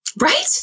Right